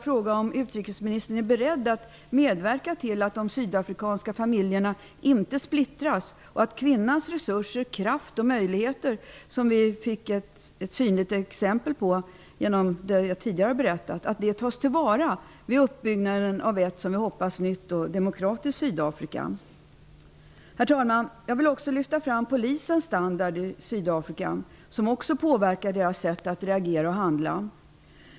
Är utrikesministern beredd att medverka till att de sydafrikanska familjerna inte splittras och att kvinnans resurser, kraft och möjligheter, som vi fick ett synligt exempel på genom det jag tidigare berättat, tas till vara vid uppbyggnaden av ett, som vi hoppas, nytt och demokratiskt Sydafrika? Herr talman! Jag vill också lyfta fram polisens standard i Sydafrika, som också påverkar dess sätt att reagera och handla.